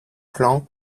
plans